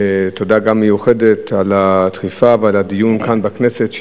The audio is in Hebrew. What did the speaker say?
גם תודה מיוחדת על הדחיפה ועל הדיון כאן בכנסת,